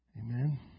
Amen